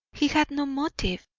he had no motive.